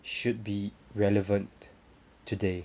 should be relevant today